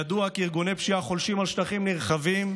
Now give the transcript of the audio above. ידוע כי ארגוני פשיעה חולשים על שטחים נרחבים,